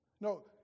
No